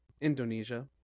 indonesia